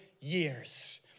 years